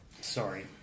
sorry